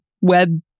web